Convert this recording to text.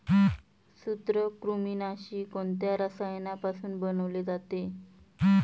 सूत्रकृमिनाशी कोणत्या रसायनापासून बनवले जाते?